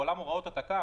בעולם הוראות התכ"ם,